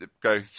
go